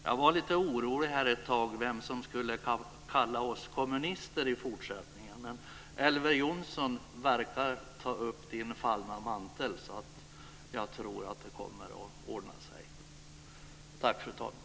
Jag var lite orolig här ett tag vem som skulle kalla oss kommunister i fortsättningen, men Elver Jonsson verkar ta upp Moléns fallna mantel, så jag tror att det kommer att ordna sig. Tack, fru talman!